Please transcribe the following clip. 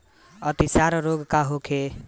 अतिसार रोग का होखे?